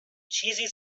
چیزی